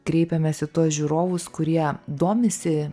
kreipiames į tuos žiūrovus kurie domisi